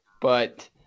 but-